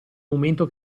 momento